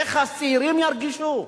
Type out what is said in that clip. איך הצעירים ירגישו?